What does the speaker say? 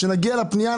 כשנגיע לפנייה,